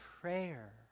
prayer